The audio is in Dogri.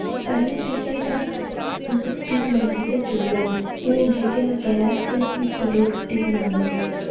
पैह्लें जेह्के तां अस रुट्टी बनांदे हे चु'ल्ले पर हुन जेह्के तां गैस जां हीटर पर रुट्टी बनान्ने आं